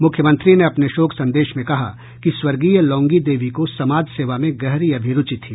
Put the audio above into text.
मुख्यमंत्री ने अपने शोक संदेश में कहा कि स्वर्गीय लौंगी देवी को समाज सेवा में गहरी अभिरूचि थी